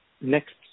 Next